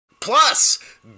Plus